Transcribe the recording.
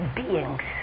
beings